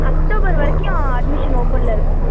October வரைக்கும் admission ஓப்பனில் இருக்கும்மா